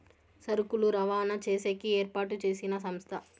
సరుకులు రవాణా చేసేకి ఏర్పాటు చేసిన సంస్థ